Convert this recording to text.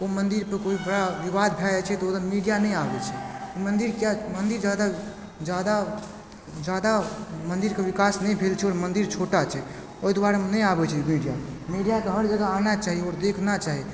ओइ मन्दिरपर कोइ बड़ा विवाद भए जाइ छै तऽ ओतऽ मीडिया नहि आबय छै मन्दिरके मन्दिर जादा जादा जादा तिलेश्वर मन्दिरके विकास नहि भेल छै आओर मन्दिर छोटा छै ओइ दुआरे नहि आबय छै मीडिया मीडियाके हर जगह आना चाही आओर देखना चाही